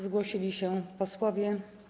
Zgłosili się posłowie.